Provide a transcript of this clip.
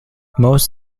most